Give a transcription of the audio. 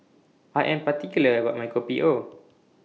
I Am particular about My Kopi O